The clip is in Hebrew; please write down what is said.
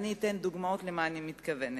ואני אתן דוגמאות למה אני מתכוונת.